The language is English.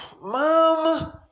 Mom